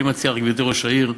אני מציע רק, גברתי ראש העיר,